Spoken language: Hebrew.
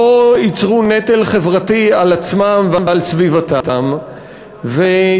לא ייצרו נטל חברתי על עצמם ועל סביבתם ויוכלו